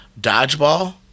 dodgeball